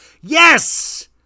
yes